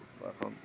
আসন